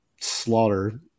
slaughter